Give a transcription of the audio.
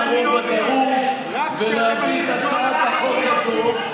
הרוב הדרוש ולהביא את הצעת החוק הזאת,